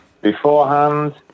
beforehand